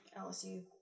LSU